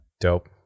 Dope